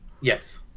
Yes